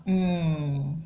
mm